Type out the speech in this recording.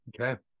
Okay